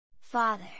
Father